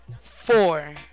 four